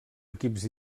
equips